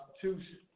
Constitution